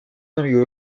amigos